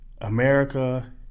America